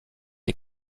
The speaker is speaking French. est